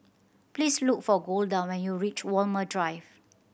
please look for Golda when you reach Walmer Drive